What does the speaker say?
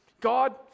God